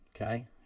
okay